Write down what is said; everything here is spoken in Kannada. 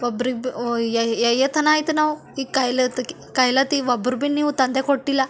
ಒಬ್ರು ಇಬ್ರು ಎಯ್ಯತನ ಆಯ್ತು ನಾವು ಈ ಕಾಯಿಲೆ ಅತ್ತಕಿ ಕಾಯಲತ್ತಿ ಒಬ್ರು ಭೀ ನೀವು ತಂದೇ ಕೊಟ್ಟಿಲ್ಲ